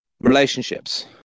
relationships